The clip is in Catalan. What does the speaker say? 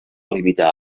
limitar